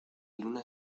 luna